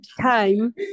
time